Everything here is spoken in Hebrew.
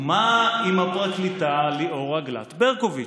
ומה עם הפרקליטה ליאורה גלאט ברקוביץ,